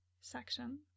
section